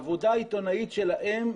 העבודה העיתונאית שלהם,